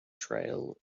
trail